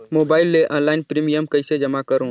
Mobile ले online premium कइसे जमा करों?